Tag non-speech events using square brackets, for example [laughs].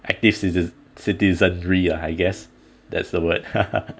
active citiz~ citizenry uh I guess that's the word [laughs]